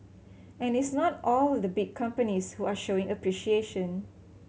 and it's not all the big companies who are showing appreciation